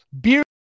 Beer